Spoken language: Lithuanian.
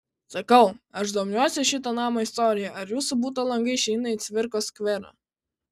sakau aš domiuosi šito namo istorija ar jūsų buto langai išeina į cvirkos skverą